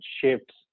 shifts